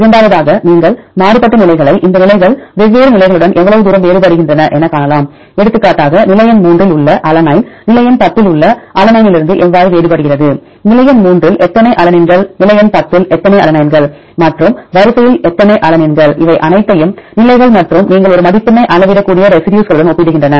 இரண்டாவதாக நீங்கள் மாறுபட்ட நிலைகளை இந்த நிலைகள் வெவ்வேறு நிலைகளுடன் எவ்வளவு தூரம் வேறுபடுகின்றன என காணலாம் எடுத்துக்காட்டாக நிலை எண் 3 இல் உள்ள அலனைன் நிலை எண் 10 இல் உள்ள அலனினிலிருந்து எவ்வாறு வேறுபடுகிறது நிலை எண் 3 இல் எத்தனை அலனின்கள் நிலை எண் 10 இல் எத்தனை அலனைன்கள் மற்றும் வரிசையில் எத்தனை அலனின்கள் இவை அனைத்தையும் நிலைகள் மற்றும் நீங்கள் ஒரு மதிப்பெண்ணை அளவிடக்கூடிய ரெசிடியூஸ்களுடன் ஒப்பிடுகின்றன